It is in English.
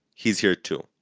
he's here too.